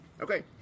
Okay